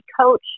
coach